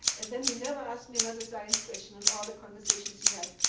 and then he never asked me another science question in all the conversations he had.